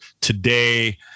today